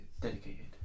Dedicated